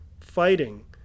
fighting